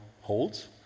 holds